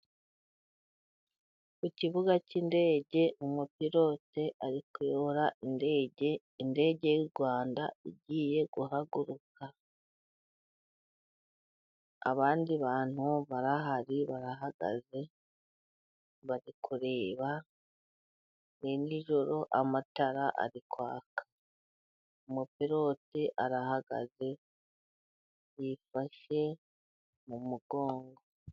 Ku kibuga cy'indege umupilote ari kuyobora indege, indege y'u Rwanda igiye guhaguruka. Abandi bantu barahari barahagaze, bari kureba, ni nijoro amatara ari kwaka, umupilote arahagaze yifashe mu mugongo.